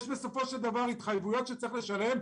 יש בסופו של דבר התחייבויות שצריך לשלם.